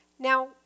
Now